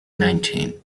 nineteen